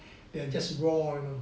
just raw know